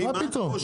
מה פתאום.